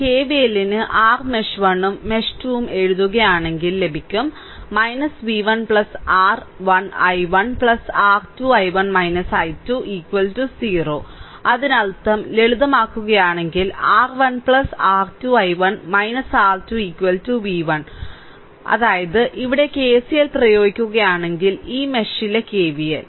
കെവിഎല്ലിന് r mesh 1 ഉം mesh 2 ഉം എഴുതുകയാണെങ്കിൽ ലഭിക്കും v 1 R 1 I1 R 2 I1 I2 0 അതിനർത്ഥം ലളിതമാക്കുകയാണെങ്കിൽ R 1 R 2 I1 R 2 v 1 അതിനർത്ഥം ഇവിടെ കെസിഎൽ പ്രയോഗിക്കുകയാണെങ്കിൽ ഈ മെഷിലെ കെവിഎൽ